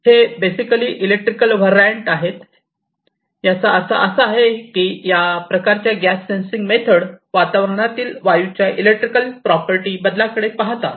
हे basically electrical variant आहेत याचा अर्थ असा आहे की या प्रकारच्या गॅस सेंसिंग मेथड वातावरणातील वायूच्या इलेक्ट्रिकल प्रॉपर्टी बदलाकडे पाहतात